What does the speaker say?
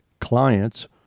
clients